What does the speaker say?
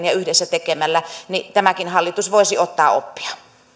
ja yhdessä tekemällä tämäkin hallitus voisi ottaa oppia